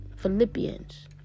Philippians